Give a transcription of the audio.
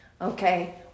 okay